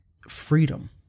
freedom